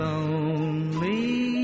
Lonely